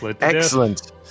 excellent